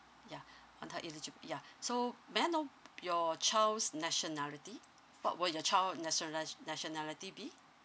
yeah on her eligibility ya so may I know your child's nationality what were your child national nationality be